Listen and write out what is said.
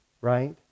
Right